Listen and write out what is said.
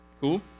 Cool